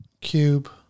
Cube